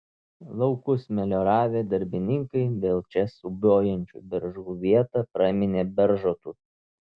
laukus melioravę darbininkai dėl čia siūbuojančių beržų vietą praminė beržotu